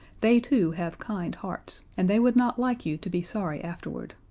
they too have kind hearts, and they would not like you to be sorry afterward.